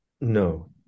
No